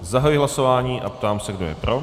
Zahajuji hlasování a ptám se, kdo je pro.